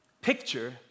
picture